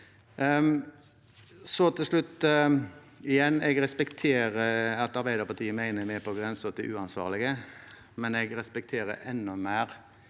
Til slutt: Jeg respekterer som sagt at Arbeiderpartiet mener vi er på grensen til uansvarlige, men jeg respekterer enda mer